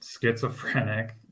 schizophrenic